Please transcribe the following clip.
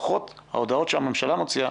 לפחות ההודעות שהממשלה מוציאה